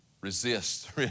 Resist